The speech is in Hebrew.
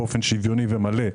באופן שוויוני ומלא,